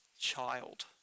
child